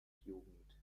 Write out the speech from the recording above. jugend